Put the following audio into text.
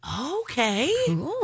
Okay